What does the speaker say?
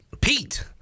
Pete